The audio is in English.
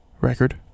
record